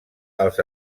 els